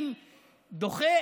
אני דוחה